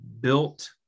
built